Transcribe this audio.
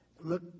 look